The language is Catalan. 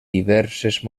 diverses